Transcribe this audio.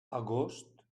agost